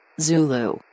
Zulu